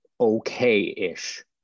okay-ish